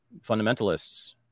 fundamentalists